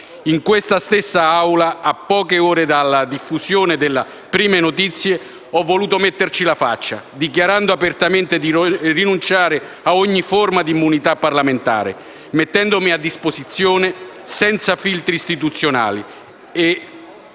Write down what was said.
In questa stessa Aula, a poche ore dalla diffusione delle prime notizie, ho voluto metterci la faccia, dichiarando apertamente di rinunciare a ogni forma di immunità parlamentare, mettendomi a disposizione, senza filtri istituzionali,